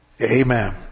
Amen